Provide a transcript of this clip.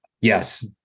Yes